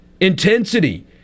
Intensity